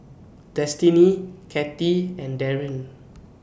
Destiney Cathy and Darryn